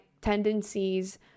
tendencies